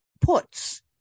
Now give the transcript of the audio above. puts